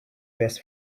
best